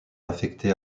affecté